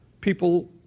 people